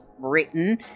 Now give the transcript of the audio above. written